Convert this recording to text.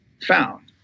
found